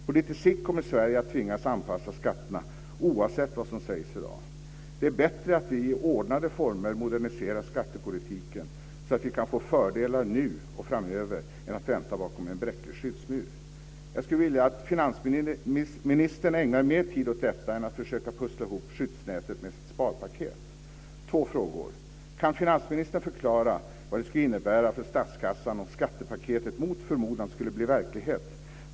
På lite sikt kommer Sverige att tvingas anpassa skatterna, oavsett vad som sägs i dag. Det är bättre att vi i ordnade former moderniserar skattepolitiken, så att vi kan få fördelar nu och framöver, än att vänta bakom en bräcklig skyddsmur. Jag skulle vilja att finansministern ägnade mer tid åt detta än åt att försöka pussla ihop skyddsnätet med sitt sparpaket. Två frågor: Kan finansministern förklara vad det skulle innebära för statskassan om skattepaketet mot förmodan skulle bli verklighet?